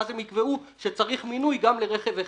ואז הם יקבעו שצריך מינוי גם לרכב אחד?